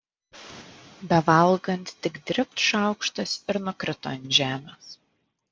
bevalgant tik dribt šaukštas ir nukrito ant žemės